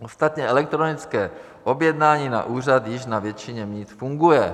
Ostatně elektronické objednání na úřad již na většině míst funguje.